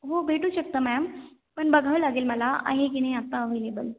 हो भेटू शकता मॅम पण बघावं लागेल मला आहे की नाही आत्ता अव्हेलेबल